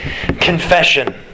Confession